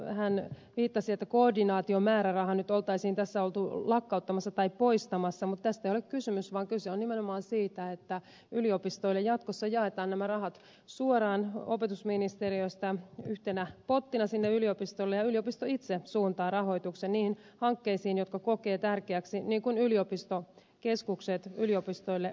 hän viittasi että koordinaatiomääräraha oltaisiin tässä nyt lakkauttamassa tai poistamassa mutta tästä ei ole kysymys vaan kyse on nimenomaan siitä että jatkossa jaetaan nämä rahat suoraan opetusministeriöstä yhtenä pottina sinne yliopistolle ja yliopisto itse suuntaa rahoituksen niihin hankkeisiin jotka kokee tärkeiksi niin kuin yliopistokeskukset yliopistoille ovat